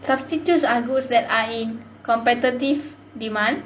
substitutes are goods that are in competitive demand